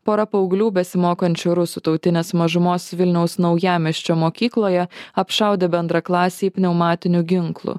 pora paauglių besimokančių rusų tautinės mažumos vilniaus naujamiesčio mokykloje apšaudė bendraklasį pneumatiniu ginklu